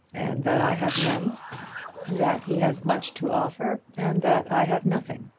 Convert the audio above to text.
and that i have none that he has much to offer, and that i have nothing.